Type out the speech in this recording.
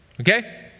okay